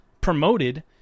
promoted